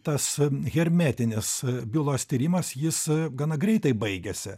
tas hermetinis bylos tyrimas jis gana greitai baigiasi